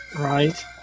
Right